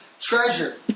treasure